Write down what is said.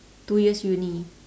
two years uni